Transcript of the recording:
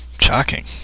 Shocking